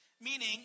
meaning